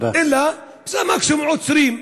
אלא מקסימום עוצרים,